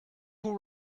who